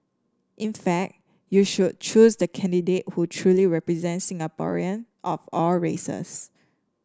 in fact you should choose the candidate who truly represents Singaporeans of all races